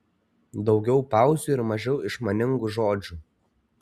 daugiau pauzių ir mažiau išmaningų žodžių